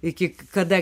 iki kada